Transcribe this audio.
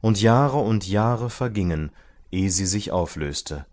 und jahre und jahre vergingen eh sie sich auflöste